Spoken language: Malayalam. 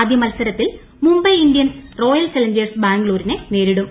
ആദ്യ മത്സരത്തിൽ മുംബൈ ഇന്ത്യൻസ് റോയൽചലഞ്ചേഴ്സ് ബാംഗ്ലൂരിനെ നേരിടും